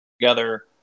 together